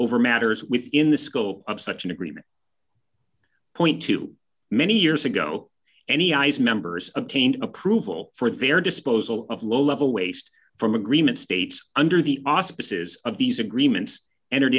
over matters within the scope of such an agreement point to many years ago any ice members obtained approval for their disposal of low level waste from agreement states under the auspices of these agreements entered